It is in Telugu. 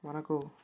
మనకు